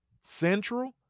Central